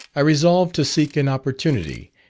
i resolved to seek an opportunity,